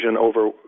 over